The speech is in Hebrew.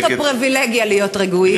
אין לנו הפריבילגיה להיות רגועים.